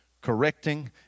correcting